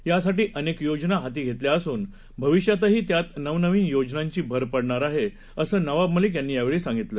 यासाठीअनेकयोजनाहातीघेतल्याअसूनभविष्यातहीत्यातनवनवीनयोजनांचीभरपडणारआहे असंनवाबमलिकयांनीयावेळीसांगितलं